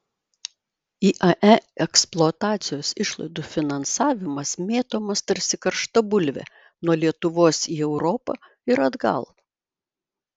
iae eksploatacijos išlaidų finansavimas mėtomas tarsi karšta bulvė nuo lietuvos į europą ir atgal